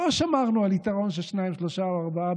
לא שמרנו על יתרון של שניים-שלושה או ארבעה,